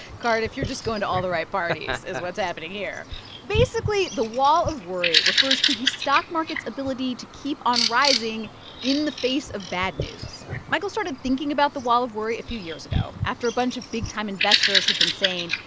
cardiff, you're just going to all the right parties is what's happening here basically, the wall of worry refers to the stock market's ability to keep on rising in the face of bad news. michael started thinking about the wall of worry a few years ago after a bunch of big-time investors had been saying,